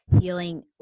Healing